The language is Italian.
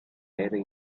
aerei